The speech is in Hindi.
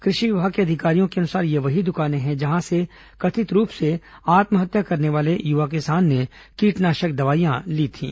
कृषि विभाग के अधिकारियों के अनुसार ये वहीं दुकानें हैं जहां से कथित रूप से आत्महत्या करने वाले युवा किसान ने कीटनाशक दवाइयां ली थीं